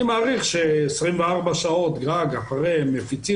אני מעריך ש-24 שעות לאחר מכן מפיצים.